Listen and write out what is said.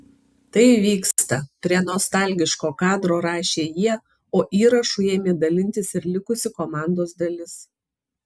tai vyksta prie nostalgiško kadro rašė jie o įrašu ėmė dalintis ir likusi komandos dalis